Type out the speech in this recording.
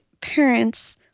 parents